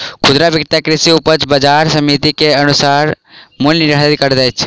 खुदरा विक्रेता कृषि उपज बजार समिति के अनुसार मूल्य निर्धारित करैत अछि